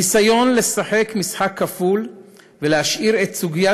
הניסיון לשחק משחק כפול ולהשאיר את סוגיית